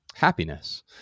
happiness